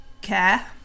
care